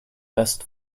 best